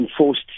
enforced